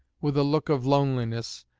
with a look of loneliness,